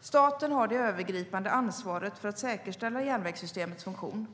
Staten har det övergripande ansvaret för att säkerställa järnvägssystemets funktion.